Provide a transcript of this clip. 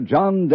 John